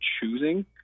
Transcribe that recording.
choosing